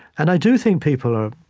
and i do think people are